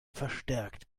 verstärkt